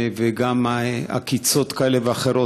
וגם עקיצות כאלה ואחרות,